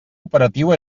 operatiu